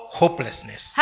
hopelessness